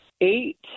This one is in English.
Eight